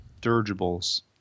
Dirigibles